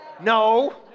No